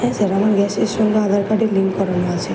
হ্যাঁ স্যার আমার গ্যাসের সঙ্গে আঁধার কার্ডের লিঙ্ক করানো আছে